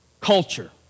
culture